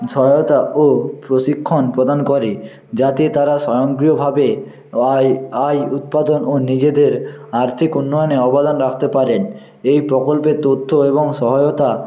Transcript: সহায়তা ও প্রশিক্ষণ প্রদান করে যাতে তারা স্বয়ংক্রিয়ভাবে আয় আয় উৎপাদন ও নিজেদের আর্থিক উন্নয়নে অবদান রাখতে পারেন এই প্রকল্পের তথ্য এবং সহায়তা